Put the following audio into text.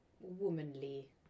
womanly